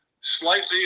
slightly